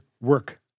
work